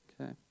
Okay